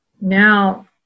Now